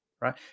right